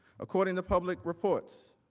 according to public reports,